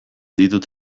ditut